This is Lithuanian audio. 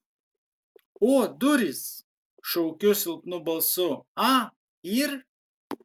o durys šaukiu silpnu balsu a yr